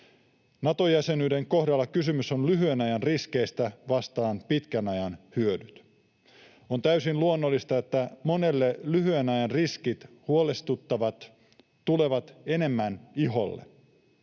Nato-jäsenyyden kohdalla kysymys on lyhyen ajan riskeistä vastaan pitkän ajan hyödyt. On täysin luonnollista, että monia lyhyen ajan riskit huolestuttavat, tulevat enemmän iholle.